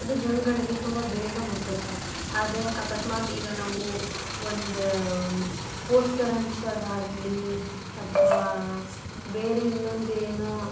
ಅದು ಜನಗಳಿಗೆ ತುಂಬ ಬೇಗ ಮುಟ್ಟುತ್ತೆ ಅದೇ ಅಕಸ್ಮಾತ್ ಈಗ ನಾವು ಒಂದು ಪೋಸ್ಟರ್ ಅಂಟಿಸೋದಾಗ್ಲಿ ಅಥವಾ ಬೇರೆ ಇನ್ನೊಂದೇನೋ